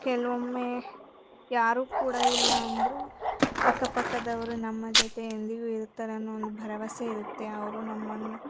ಕೆಲವೊಮ್ಮೆ ಯಾರು ಕೂಡ ಇಲ್ಲ ಅಂದರೂ ಅಕ್ಕ ಪಕ್ಕದವರು ನಮ್ಮ ಜೊತೆ ಎಂದಿಗೂ ಇರುತ್ತಾರೆ ಅನ್ನೋ ಒಂದು ಭರವಸೆ ಇರುತ್ತೆ ಅವರು ನಮ್ಮನ್ನ